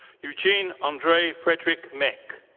eugene andre frederick mech.